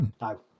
No